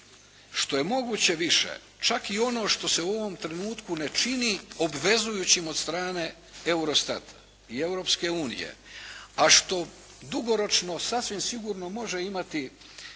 što je moguće više, čak i ono što se u ovom trenutku ne čini obvezujućim od strane EUROSTAT-a i Europske unije, a što dugoročno sasvim sigurno može imati